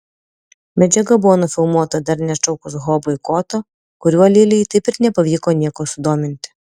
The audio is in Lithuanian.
medžiaga buvo nufilmuota dar neatšaukus ho boikoto kuriuo lilei taip ir nepavyko nieko sudominti